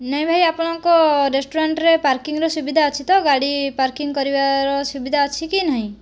ନାଇଁ ଭାଇ ଆପଣଙ୍କ ରେଷ୍ଟୁରାଣ୍ଟରେ ପାର୍କିଂର ସୁବିଧା ଅଛି ତ ଗାଡ଼ି ପାର୍କିଂ କରିବାର ସୁବିଧା ଅଛି କି ନାହିଁ